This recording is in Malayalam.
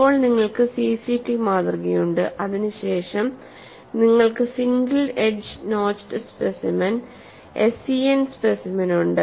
ഇപ്പോൾ നിങ്ങൾക്ക് സിസിടി മാതൃകയുണ്ട് അതിനുശേഷം നിങ്ങൾക്ക് single edge notch specimen SEN Single Edge Notch specimen SEN specimen ഉണ്ട്